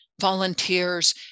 volunteers